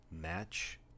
Match